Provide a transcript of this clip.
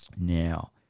Now